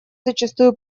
зачастую